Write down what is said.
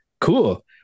cool